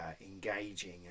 engaging